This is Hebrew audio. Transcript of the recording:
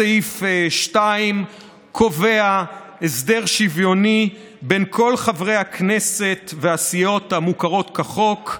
סעיף 2 קובע הסדר שוויוני בין כל חברי הכנסת והסיעות המוכרות כחוק,